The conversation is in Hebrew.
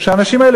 שהאנשים האלה,